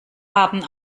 haben